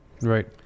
Right